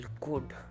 good